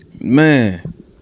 Man